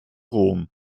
rom